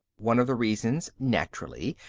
one of the reasons, naturally,